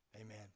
Amen